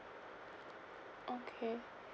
okay